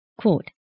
Quote